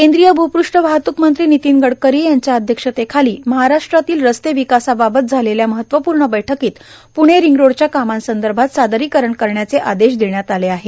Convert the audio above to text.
केंद्रीय भपष्ठ वाहतक मंत्री नितीन गडकरी यांच्या अध्यक्षतेखाली महाराष्ट्रातील रस्ते विकासाबाबत झालेल्या महत्वपूर्ण बैठकीत पूणे रिंगरोडच्या कामासंदर्भात सादरीकरण करण्याचे आदेश देण्यात आले आहेत